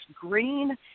green